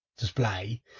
display